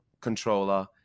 controller